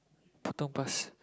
Potong Pasir